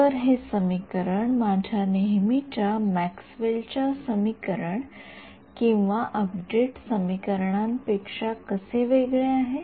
तर हे समीकरण माझ्या नेहमीच्या मॅक्सवेलच्या समीकरण किंवा अपडेट समीकरणांपेक्षा कसे वेगळे आहे